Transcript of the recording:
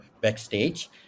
backstage